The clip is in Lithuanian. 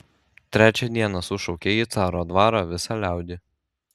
trečią dieną sušaukė į caro dvarą visą liaudį